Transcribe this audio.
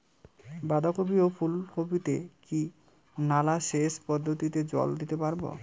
বাধা কপি ও ফুল কপি তে কি নালা সেচ পদ্ধতিতে জল দিতে পারবো?